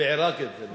בעירקית זה.